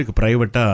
private